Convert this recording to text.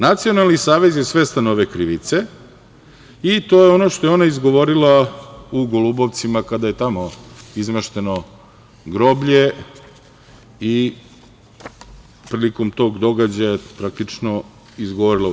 Nacionalni savez je svestan ove krivice i to je ono što je ona izgovorila u Golubovcima kada je tamo izmešteno groblje i prilikom tog događaja izgovorila ovo.